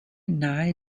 nahe